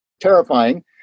terrifying